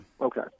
Okay